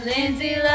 Lindsay